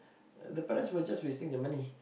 the fellas were just wasting their money